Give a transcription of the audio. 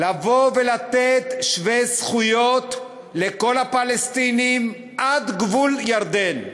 לבוא ולתת שוויון זכויות לכל הפלסטינים עד גבול ירדן.